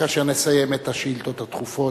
כאשר נסיים את השאילתות הדחופות.